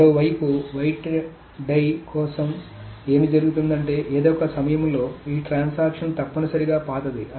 మరోవైపు wait die కోసం ఏమి జరుగుతుందంటే ఏదో ఒక సమయంలో ఈ ట్రాన్సాక్షన్ తప్పనిసరిగా పాతది